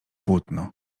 płótno